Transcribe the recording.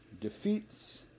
defeats